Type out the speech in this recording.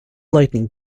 lightning